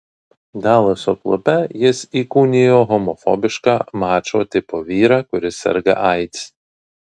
dalaso klube jis įkūnijo homofobišką mačo tipo vyrą kuris serga aids